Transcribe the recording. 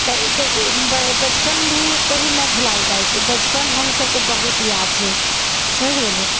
तऽ ई देखू बचपन भी कभी नहि भुलाएल जाइ छै बचपन हम सबके बहुत याद छै समझि गेलिए